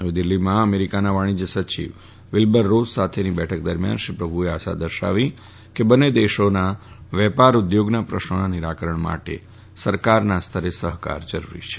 નવી દિલ્હીમાં અમેરિકાના વાણીજય સચિવ વિલબર રોસ સાથેની બેઠક દરમિયાન શ્રી પ્રભુએ આશા દર્શાવી કે બંને દેશોના વેપાર ઉદ્યોગના પ્રશ્નોના નિરાકરણ માટે સરકારના સ્તરે સહકાર જરૂરી છે